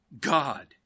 God